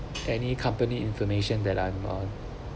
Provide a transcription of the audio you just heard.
any company information that I'm um